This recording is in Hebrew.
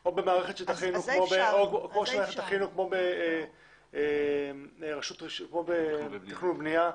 או במערכת שתכינו כמו בתכנון ובנייה,